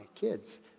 kids